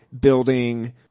building